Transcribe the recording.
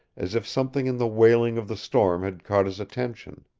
as if something in the wailing of the storm had caught his attention.